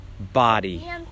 body